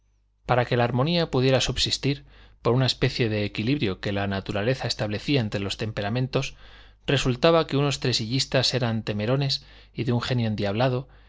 para que la armonía pudiera subsistir por una especie de equilibrio que la naturaleza establecía entre los temperamentos resultaba que unos tresillistas eran temerones y de un genio endiablado